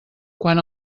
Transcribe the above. quan